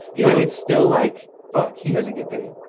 yeah and it's still like fuck, he doesn't get paid.